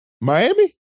Miami